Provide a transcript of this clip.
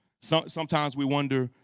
so sometimes we wonder,